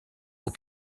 will